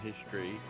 history